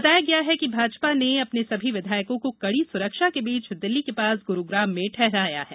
बताया गया है कि भाजपा ने अपने सभी विधायकों को कड़ी सुरक्षा के बीच दिल्ली के पास गुरूग्राम में ठहराया है